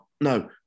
No